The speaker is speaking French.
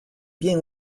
bien